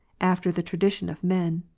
after the tradition of men,